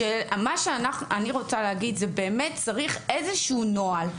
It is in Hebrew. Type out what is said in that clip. מה שאני רוצה להגיד זה באמת צריך איזשהו נוהל,